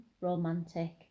romantic